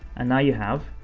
and now you have,